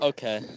Okay